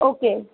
okay